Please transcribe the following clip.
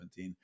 2017